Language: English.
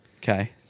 Okay